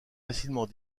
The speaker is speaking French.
facilement